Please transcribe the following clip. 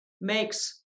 makes